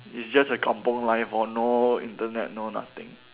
it's just a kampung life lor no Internet no nothing